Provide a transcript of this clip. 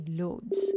loads